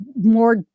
more